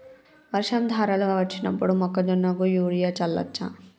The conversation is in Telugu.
వర్షం ధారలుగా వచ్చినప్పుడు మొక్కజొన్న కు యూరియా చల్లచ్చా?